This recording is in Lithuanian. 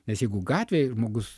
nes jeigu gatvėje žmogus